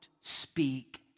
speak